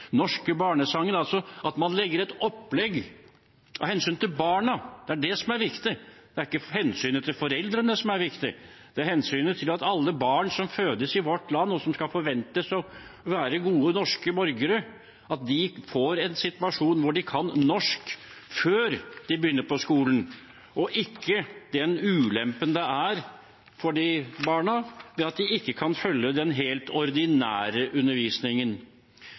norske barnesanger – altså at man lager et opplegg av hensyn til barna. Det er det som er viktig. Det er ikke hensynet til foreldrene som er viktig – det er hensynet til at alle barn som fødes i vårt land, og som skal forventes å være gode norske borgere, får en situasjon hvor de kan norsk før de begynner på skolen, og ikke den ulempen det er for disse barna dersom de ikke kan følge den helt ordinære undervisningen.